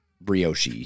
Brioche